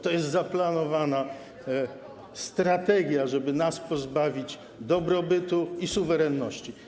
To jest zaplanowana strategia, żeby nas pozbawić dobrobytu i suwerenności.